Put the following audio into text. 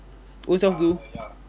own self do